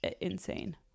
insane